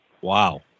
Wow